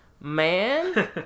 man